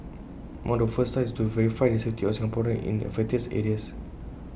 among the first tasks is to verify the safety of Singaporeans in affected areas